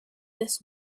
this